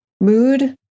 mood